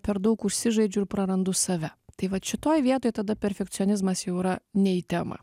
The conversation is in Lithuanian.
per daug užsižaidžiu ir prarandu save tai vat šitoj vietoj tada perfekcionizmas jau yra ne į temą